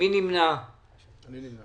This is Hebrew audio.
הצבעה הבקשה אושרה.